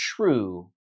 true